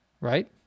right